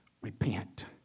repent